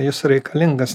jis reikalingas